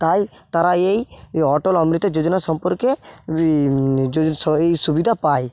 তাই তারা এই এই অটল অমৃত যোজনা সম্পর্কে এই সুবিধা পায়